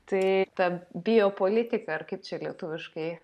tai ta biopolitika ar kaip čia lietuviškai